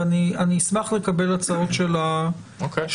ואני אני אשמח לקבל הצעות של הסניגוריה